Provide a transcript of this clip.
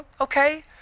okay